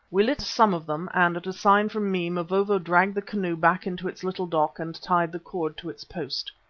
we lit some of them, and at a sign from me, mavovo dragged the canoe back into its little dock and tied the cord to its post.